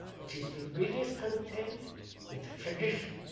which is to be discontent with tradition